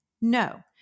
No